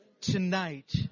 tonight